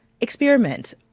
experiment